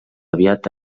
aviat